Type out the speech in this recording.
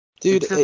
Dude